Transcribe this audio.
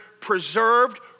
preserved